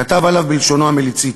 כתב עליו בלשונו המליצית: